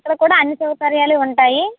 అక్కడ కూడా అన్ని సౌకర్యాలు ఉంటాయి